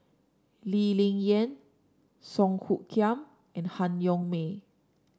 Lee Ling Yen Song Hoot Kiam and Han Yong May